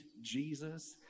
Jesus